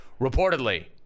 Reportedly